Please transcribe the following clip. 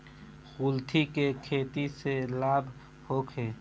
कुलथी के खेती से लाभ होखे?